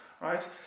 right